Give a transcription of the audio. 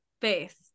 faith